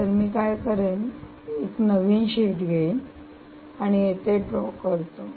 तर मी काय करेन मी एक नवीन शीट घेईन आणि इथे ड्रॉ करतो